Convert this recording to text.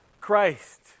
Christ